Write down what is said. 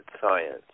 science